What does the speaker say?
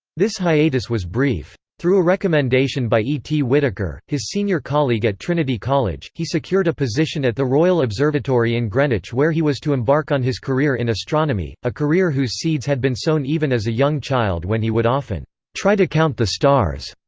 this hiatus was brief. through a recommendation by e. t. whittaker, his senior colleague at trinity college, he secured a position at the royal observatory in greenwich where he was to embark on his career in astronomy, a career whose seeds had been sown even as a young child when he would often try to count the stars.